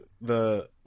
the-